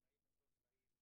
התנאים הם לא תנאים.